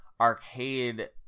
arcade